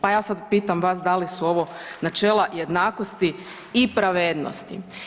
Pa ja sad pitam vas da li u ovo načela jednakosti i pravdenosti.